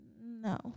no